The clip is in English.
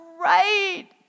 right